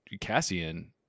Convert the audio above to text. Cassian